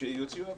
ושיוציאו הבהרה.